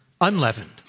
unleavened